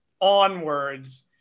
onwards